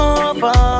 over